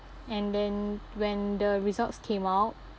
and then when the results came out